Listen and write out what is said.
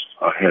ahead